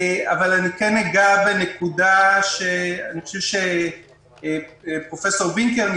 אגע בנקודה שעליה נשאל פרופ' וינקר,